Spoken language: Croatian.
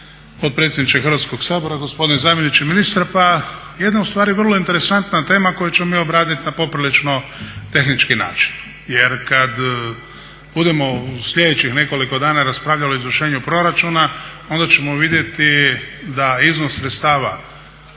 potpredsjedniče Hrvatskog sabora. Gospodine zamjeniče ministra. Pa jedna ustvari vrlo interesantna tema koju ćemo mi obradit na poprilično tehnički način jer kad budemo u sljedećih nekoliko dana raspravljali o izvršenju proračuna onda ćemo vidjeti da iznos sredstava